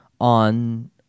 on